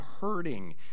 hurting—